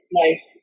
life